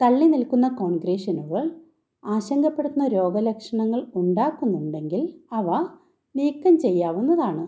തള്ളി നിൽക്കുന്ന കോൺക്രീഷനുകൾ ആശങ്കപ്പെടുത്തുന്ന രോഗലക്ഷണങ്ങൾ ഉണ്ടാക്കുന്നുണ്ടെങ്കിൽ അവ നീക്കം ചെയ്യാവുന്നതാണ്